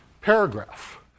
paragraph